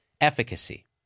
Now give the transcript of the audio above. efficacy